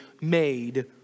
made